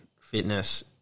fitness